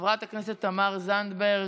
חברת הכנסת תמר זנדברג